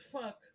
fuck